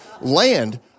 Land